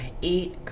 eat